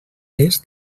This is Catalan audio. pes